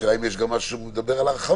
השאלה אם יש משהו שמדבר על הרחבה.